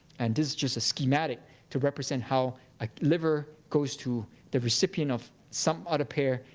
and is just a schematic to represent how a liver goes to the recipient of some other pair,